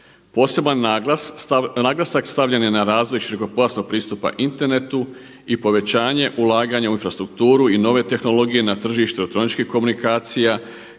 Poseban naglasak stavljen je na razvoj širokopojasnog pristupa internetu i povećanje ulaganja u infrastrukturu i nove tehnologije na tržištu elektroničkih komunikacija